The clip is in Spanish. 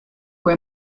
fue